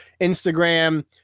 Instagram